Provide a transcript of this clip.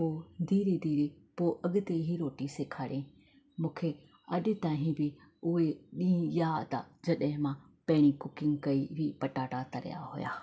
पोइ धीरे धीरे पोइ अॻिते ई रोटी सेखारियई मूंखे अॼु ताईं बि उहे ॾींहुं यादि आहे जॾहिं मां पहिरीं पहिरीं कुकिंग कई हुई पटाटा तरिया हुआ